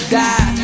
die